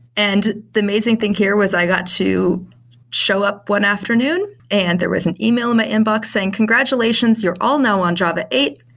and the amazing thing here was i got to show up one afternoon and there was an email in my inbox saying, congratulations! you're all now on java eight.